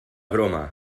broma